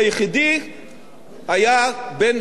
היה בין 2.5% ל-3%,